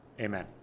Amen